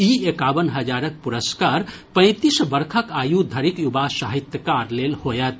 ई एकावन हजारक पुरस्कार पैंतीस वर्षक आयु धरिक युवा साहित्यकार लेल होयत